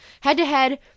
head-to-head